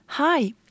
Hi